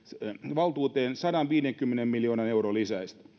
valtuuteen sadanviidenkymmenen miljoonan euron lisäystä